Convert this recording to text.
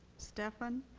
step on